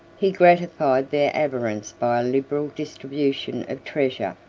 he gratified their avarice by a liberal distribution of treasure,